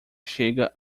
chega